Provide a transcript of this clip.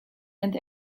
and